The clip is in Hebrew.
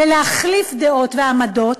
ולהחליף דעות ועמדות,